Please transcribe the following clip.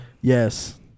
Yes